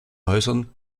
häusern